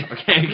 Okay